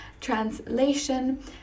translation